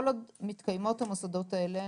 כל עוד המוסדות האלה מתקיימים,